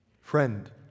Friend